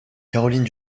caroline